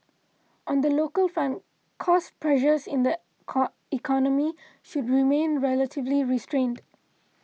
on the local front cost pressures in the economy should remain relatively restrained